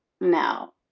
no